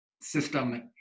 system